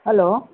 hello